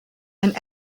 and